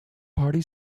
party